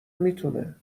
میتونه